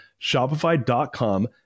Shopify.com